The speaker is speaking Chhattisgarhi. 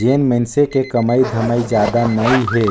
जेन मइनसे के कमाई धमाई जादा नइ हे